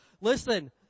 Listen